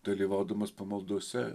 dalyvaudamas pamaldose